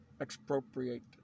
expropriate